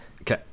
Okay